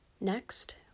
Next